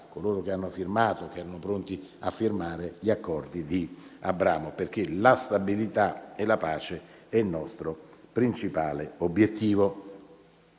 coloro che hanno firmato o che erano pronti a firmare gli accordi di Abramo, perché la stabilità e la pace sono il nostro principale obiettivo.